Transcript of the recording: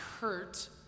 hurt